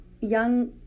young